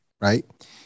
right